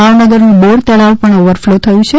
ભાવનગરનું બોરતળાવ પણ ઓવરફલો થયું છે